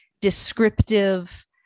descriptive